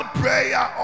prayer